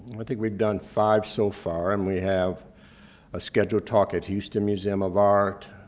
i think we'd done five so far and we have a scheduled talk at houston museum of art,